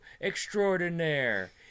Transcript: extraordinaire